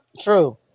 True